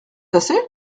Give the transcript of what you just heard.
assez